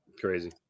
Crazy